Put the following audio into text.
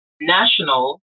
national